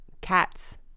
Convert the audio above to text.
cats